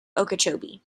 okeechobee